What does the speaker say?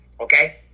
Okay